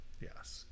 Yes